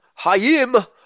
Hayim